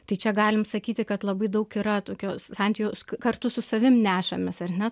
tai čia galim sakyti kad labai daug yra tokio santy ka kartu su savimi nešamės ar ne